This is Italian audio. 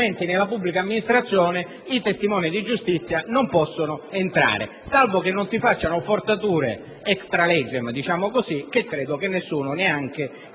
Grazie